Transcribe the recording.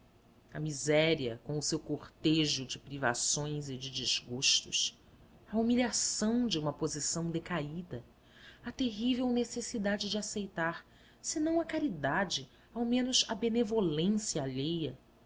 a miséria com o seu cortejo de privações e de desgostos a humilhação de uma posição decaída a terrível necessidade de aceitar senão a caridade ao menos a benevolência alheia